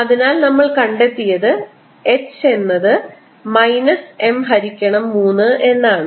അതിനാൽ നമ്മൾ കണ്ടെത്തിയത് H എന്നത് മൈനസ് എം ഹരിക്കണം 3 എന്നാണ്